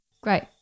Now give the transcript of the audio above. Great